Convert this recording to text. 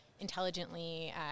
Intelligently